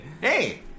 Hey